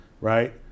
right